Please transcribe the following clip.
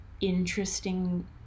interesting